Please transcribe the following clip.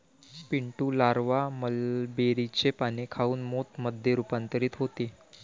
Pintu larva मलबेरीचे पाने खाऊन मोथ मध्ये रूपांतरित होते